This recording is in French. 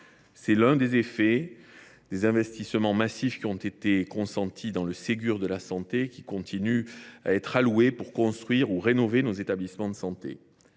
C’est l’un des effets des investissements massifs qui ont été consentis dans cadre du Ségur de la santé et qui continuent à être décaissés pour construire ou rénover nos établissements de santé,